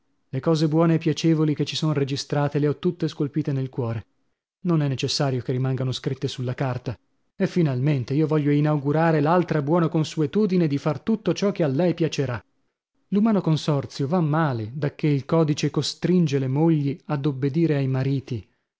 le cose buone e piacevoli che ci son registrate le ho tutte scolpite nel cuore non è necessario che rimangano scritte sulla carta e finalmente io voglio inaugurare l'altra buona consuetudine di far tutto ciò che a lei piacerà l'umano consorzio va male dacchè il codice costringe le mogli ad obbedire ai mariti